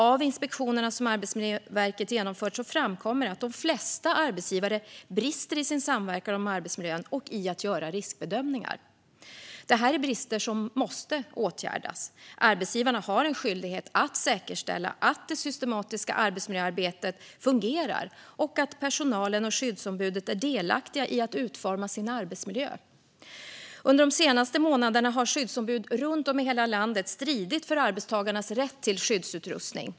Av inspektionerna som Arbetsmiljöverket har genomfört framkommer det att de flesta arbetsgivare brister i sin samverkan om arbetsmiljön och i att göra riskbedömningar. Det här är brister som måste åtgärdas; arbetsgivarna har en skyldighet att säkerställa att det systematiska arbetsmiljöarbetet fungerar och att personalen och skyddsombudet är delaktiga i att utforma sin arbetsmiljö. Under de senaste månaderna har skyddsombud runt om i hela landet stridit för arbetstagarnas rätt till skyddsutrustning.